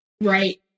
right